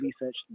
research